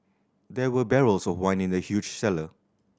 there were barrels of wine in the huge cellar